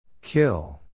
Kill